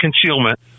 concealment